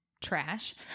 Trash